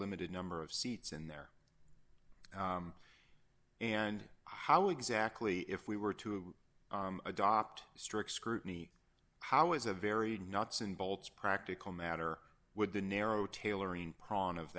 limited number of seats in there and how exactly if we were to adopt strict scrutiny how is a very nuts and bolts practical matter would the narrow tailoring pran of